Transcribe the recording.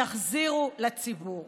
תחזירו לציבור.